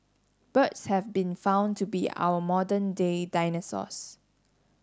birds have been found to be our modern day dinosaurs